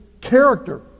character